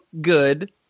good